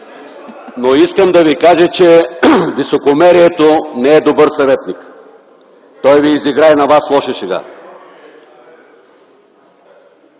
Но искам да Ви кажа, че високомерието не е добър съветник. Той Ви изигра и на Вас лоша шега.